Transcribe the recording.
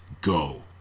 go